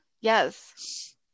Yes